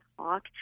talk